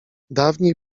dawniej